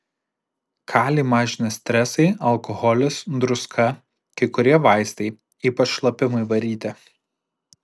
kalį mažina stresai alkoholis druska kai kurie vaistai ypač šlapimui varyti